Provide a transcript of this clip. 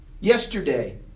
yesterday